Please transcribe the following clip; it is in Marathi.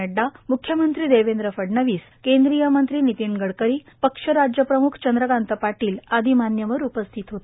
नड्डा मुख्यमंत्री देवेंद्र फडणवीस केंद्रीय मंत्री वितीन गडकरी पक्ष राज्य प्रमुख चंद्रकांत पाटील आदी मान्यवर उपस्थित होते